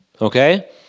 Okay